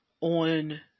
on